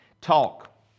talk